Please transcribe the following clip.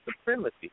supremacy